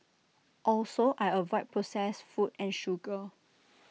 also I avoid processed food and sugar